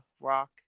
rock